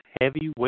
Heavyweight